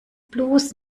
bloß